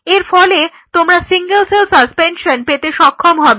এর ফলে তোমরা সিঙ্গেল সেল সাসপেনশন পেতে সক্ষম হবে